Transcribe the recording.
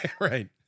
right